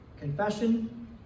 confession